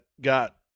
got